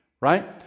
right